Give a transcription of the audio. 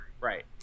Right